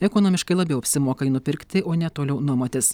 ekonomiškai labiau apsimoka jį nupirkti o ne toliau nuomotis